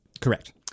Correct